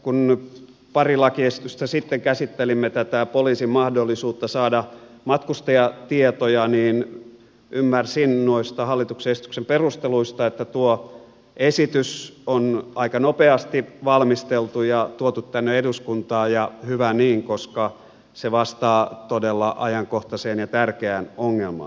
kun pari lakiesitystä sitten käsittelimme poliisin mahdollisuutta saada matkustajatietoja niin ymmärsin noista hallituksen esityksen perusteluista että tuo esitys on aika nopeasti valmisteltu ja tuotu tänne eduskuntaan ja hyvä niin koska se vastaa todella ajankohtaiseen ja tärkeään ongelmaan